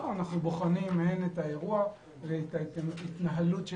במסגרת ההליך אנחנו בוחנים הן את האירוע ואת ההתנהלות של